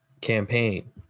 campaign